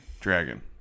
Dragon